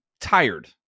tired